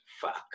Fuck